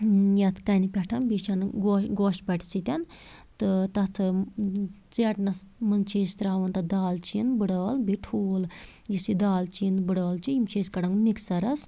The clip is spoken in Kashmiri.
یتھ کَنہِ پٮ۪ٹھ بیٚیہِ چھ انان گوشہِ پٹہِ سۭتۍ تہٕ تتھ ٲں ژیٹنَس مَنٛز چھِ أسۍ ترٛاوان تتھ دالچیٖن بٕڑٕ ٲلہٕ بیٚیہِ ٹھوٗل یۄس یہِ دالچیٖن بٕڑٕ ٲلۍ چھِ یم چھِ أسۍ کَڑان مِکسَرَس